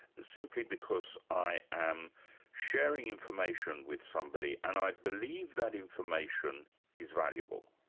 simply because i am sharing information with somebody and i believe that information is valuable.